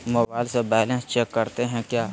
Mobile से balance check करते हैं क्या?